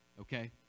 Okay